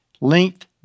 length